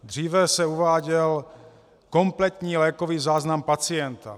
Dříve se uváděl kompletní lékový záznam pacienta.